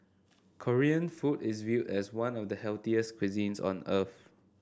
Korean food is viewed as one of the healthiest cuisines on earth